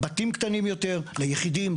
בתים קטנים יותר ליחידים,